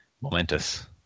Momentous